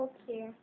Okay